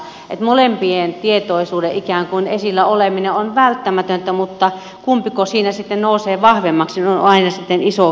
molempien tietoisuuden ikään kuin esillä oleminen on välttämätöntä mutta se kumpiko siinä sitten nousee vahvemmaksi on aina iso kysymysmerkki